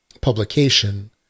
publication